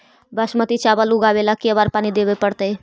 बासमती चावल उगावेला के बार पानी देवे पड़तै?